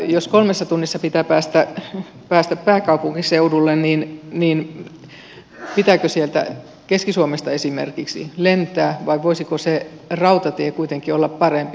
jos kolmessa tunnissa pitää päästä pääkaupunkiseudulle pitääkö sieltä keski suomesta esimerkiksi lentää vai voisiko rautatie kuitenkin olla parempi